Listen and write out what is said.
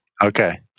okay